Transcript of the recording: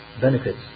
benefits